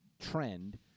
trend